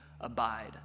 abide